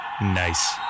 Nice